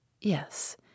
Yes